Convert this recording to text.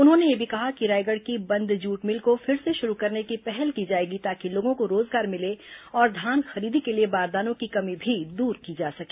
उन्होंने यह भी कहा कि रायगढ़ की बंद जूट मिल को फिर से शुरू करने की पहल की जाएगी ताकि लोगों को रोजगार मिले और धान खरीदी के लिए बारदानों की कमी भी दूर की जा सके